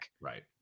Right